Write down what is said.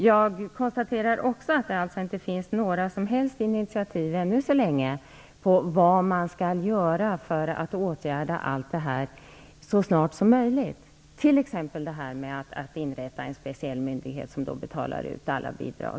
Jag konstaterar också att det inte finns några som helst initiativ ännu så länge på vad man skall göra för att åtgärda allt detta så snart som möjligt, t.ex. att inrätta en speciell myndighet som betalar ut alla bidrag.